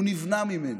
הוא נבנה ממנה.